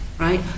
Right